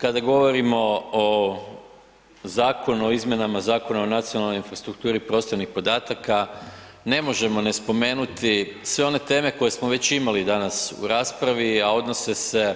Kada govorimo o zakonu o izmjenama Zakona o nacionalnoj infrastrukturi prostornih podataka ne možemo ne spomenuti sve one teme koje smo već imali danas u raspravi, a odnose se